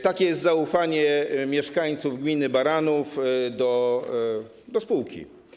Takie jest zaufanie mieszkańców gminy Baranów do spółki.